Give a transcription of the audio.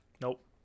Nope